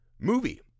movie